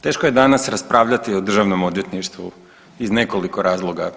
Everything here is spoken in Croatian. Teško je danas raspravljati o državnom odvjetništvu iz nekoliko razloga.